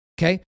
Okay